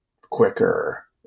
quicker